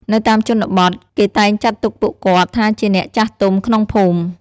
នៅតាមជនបទ គេតែងចាត់ទុកពួកគាត់ថាជាអ្នកចាស់ទុំក្នុងភូមិ។